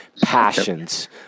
passions